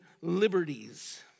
liberties